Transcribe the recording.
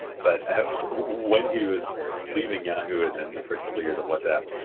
but when he was leaving yahoo! and then the first couple of years of whatsapp,